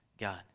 God